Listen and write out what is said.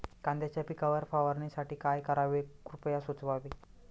कांद्यांच्या पिकावर फवारणीसाठी काय करावे कृपया सुचवावे